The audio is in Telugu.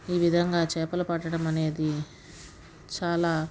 ఈ విధంగా చేపలు పట్టడం అనేది చాలా